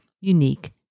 unique